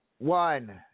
One